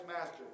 master